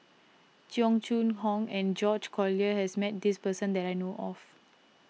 Cheong Choong Kong and George Collyer has met this person that I know of